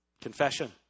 Confession